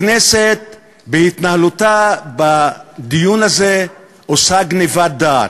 הכנסת, בהתנהלותה בדיון הזה, עושה גנבת דעת.